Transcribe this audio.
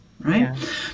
right